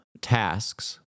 tasks